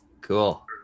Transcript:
Cool